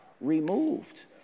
removed